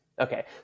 Okay